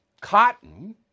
Cotton